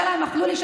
קשה להם; אכלו לי,